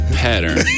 pattern